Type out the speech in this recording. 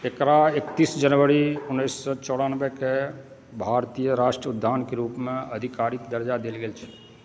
एकरा एकतीस जनवरी उन्नैस सए चौरानबेकें भारतीय राष्ट्रीय उद्यानकें रूपमे आधिकारिक दर्जा देल गेल छै